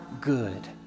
good